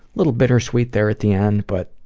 little bittersweet there at the end, but